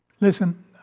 Listen